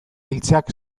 iltzeak